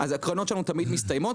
הקרנות שלנו תמיד מסתיימות.